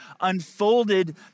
unfolded